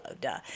duh